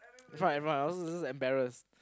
in front of everyone I was just just embarrassed